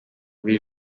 buri